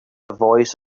voice